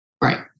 Right